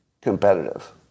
competitive